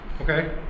Okay